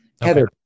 Heather